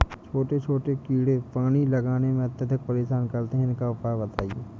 छोटे छोटे कीड़े पानी लगाने में अत्याधिक परेशान करते हैं इनका उपाय बताएं?